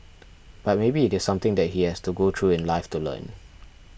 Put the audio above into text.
but maybe it is something that he has to go through in life to learn